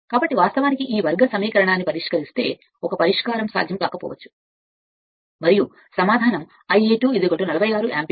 కాబట్టి వాస్తవానికి ఈ వర్గ సమీకరణాన్ని పరిష్కరిస్తే 1 పరిష్కారం సాధ్యం కాకపోవచ్చు మరియు సమాధానం ఉంటుంది ∅ 2 46 యాంపియర్